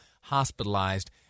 hospitalized